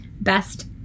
best